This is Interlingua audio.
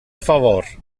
favor